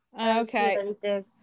okay